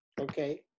Okay